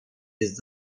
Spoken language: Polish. jest